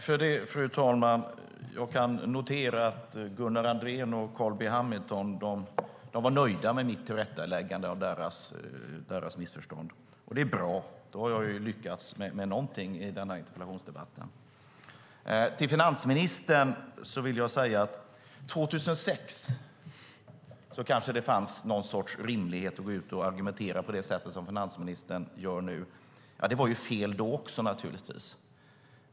Fru talman! Jag kan notera att Gunnar Andrén och Carl B Hamilton var nöjda med mitt tillrättaläggande av deras missförstånd. Det är bra. Då har jag lyckats med någonting i den här interpellationsdebatten. Till finansministern vill jag säga att 2006 kanske det fanns någon sorts rimlighet i att gå ut och argumentera på det sätt som finansministern gör nu. Det var fel då också naturligtvis.